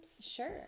sure